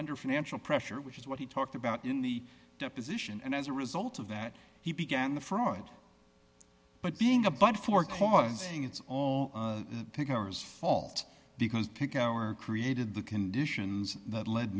under financial pressure which is what he talked about in the deposition and as a result of that he began the fraud but being a butt for causing it's all ours fault because pink our created the conditions that led